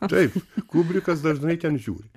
taip kubrikas dažnai ten žiūri